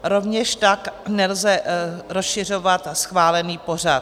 Rovněž tak nelze rozšiřovat schválený pořad.